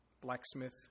blacksmith